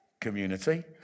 community